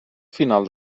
final